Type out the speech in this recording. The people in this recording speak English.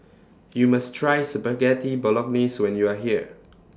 YOU must Try Spaghetti Bolognese when YOU Are here